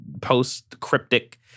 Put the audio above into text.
post-cryptic